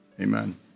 Amen